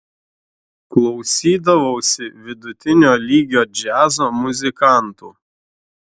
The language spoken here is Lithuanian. klausydavausi vidutinio lygio džiazo muzikantų